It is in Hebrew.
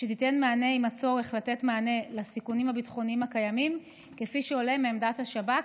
שתיתן מענה לסיכונים הביטחוניים הקיימים כפי שעולה מעמדת השב"כ,